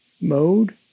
mode